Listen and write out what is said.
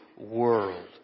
world